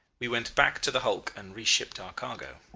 we went back to the hulk and re-shipped our cargo.